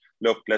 look